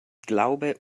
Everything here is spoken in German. glaube